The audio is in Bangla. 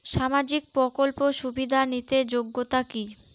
সামাজিক প্রকল্প সুবিধা নিতে যোগ্যতা কি?